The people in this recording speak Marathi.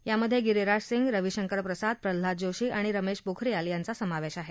यामध्ये गिरिराज सिंह रविशंकर प्रसाद प्रल्हाद जोशी आणि रमेश पोखरियाल यांचा समावेश आहे